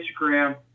Instagram